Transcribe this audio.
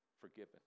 forgiven